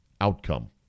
outcome